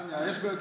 לא.